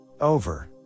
Over